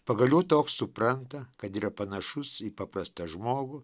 pagaliau toks supranta kad yra panašus į paprastą žmogų